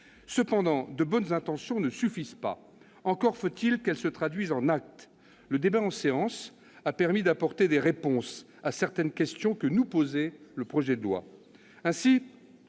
Toutefois, de bonnes intentions ne suffisent pas. Encore faut-il qu'elles se traduisent en actes. Le débat en séance a permis d'apporter des réponses à certaines questions que nous posait le projet de loi.